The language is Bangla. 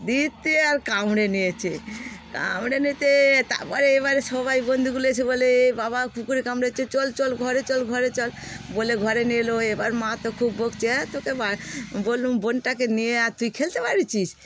দিতে আর কামড়ে দিয়েছে কামড়ে নিতে তারপরে এবারে সবাই বন্ধুগুলো এসে বলে এ বাবা কুকুরে কামড়েছে চল চল ঘরে চল ঘরে চল বলে ঘরে নিয়ে এলো এবার মা তো খুব বকছে হ্যাঁ তোকে বা বললুম বোনটাকে নিয়ে আর তুই খেলতে বেড়িয়েছিস